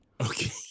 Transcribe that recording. Okay